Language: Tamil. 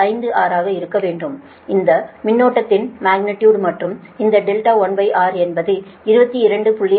56 ஆக இருக்க வேண்டும் இது அந்த மின்னோட்டத்தின் மக்னிடியுடு மற்றும் இந்த R1 என்பது 22